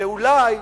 כשאולי,